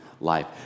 life